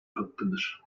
hakkıdır